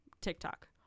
tiktok